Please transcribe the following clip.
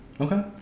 okay